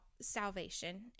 salvation